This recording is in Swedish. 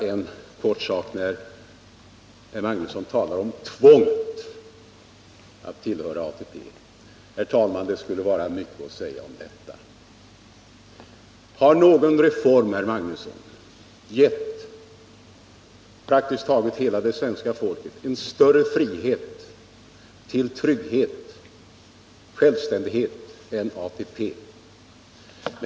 — Jag säger inte mera. Herr Magnusson talar om tvånget att tillhöra ATP. Det skulle vara mycket att säga också om det. Har någon reform, herr Magnusson, givit praktiskt taget hela svenska folket större trygghet och självständighet än ATP?